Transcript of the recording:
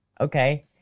okay